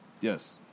Yes